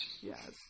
Yes